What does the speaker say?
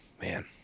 Man